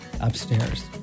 upstairs